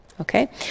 Okay